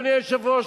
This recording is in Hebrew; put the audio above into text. אדוני היושב-ראש,